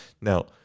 Now